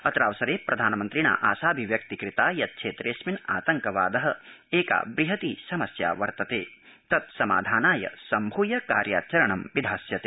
अत्रावसरे प्रधानमन्त्रिणा आशाभिव्यक्तीकृता यत् क्षेत्रेऽस्मिन आतंकवाद एका बृहती समस्या वर्तते तत्समाधानाय सम्भूय कार्याचरणं विधास्यते